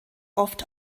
oft